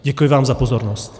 Děkuji vám za pozornost.